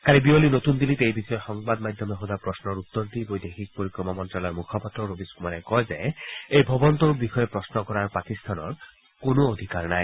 কালি বিয়লি নতুন দিল্লীত এই বিষয়ে সংবাদ মাধ্যমে সোধা প্ৰশ্নৰ উত্তৰ দি বৈদিশক পৰিক্ৰমা মন্নালয়ৰ মুখপাত্ৰ ৰবিশ কুমাৰে কয় যে এই ভৱনটোৰ বিষয়ে প্ৰশ্ন কৰাৰ পাকিস্তানৰ কোনো অধিকাৰ নাই